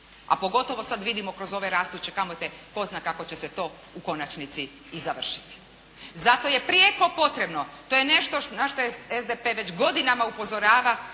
A pogotovo sad vidimo kroz ove rastuće kamate. Tko zna kako će se to u konačnici i završiti. Zato je prijeko potrebno, to je nešto na što SDP već godinama upozorava